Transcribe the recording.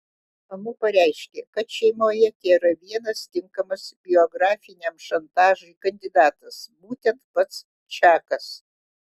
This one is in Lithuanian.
amu pareiškė kad šeimoje tėra vienas tinkamas biografiniam šantažui kandidatas būtent pats čakas